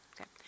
Okay